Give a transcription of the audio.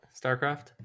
starcraft